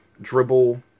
dribble